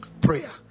Prayer